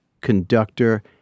conductor